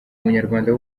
munyarwanda